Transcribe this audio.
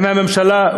האם הממשלה,